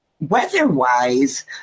weather-wise